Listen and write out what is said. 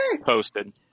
posted